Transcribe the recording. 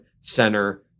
center